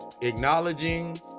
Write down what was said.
acknowledging